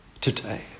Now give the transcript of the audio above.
today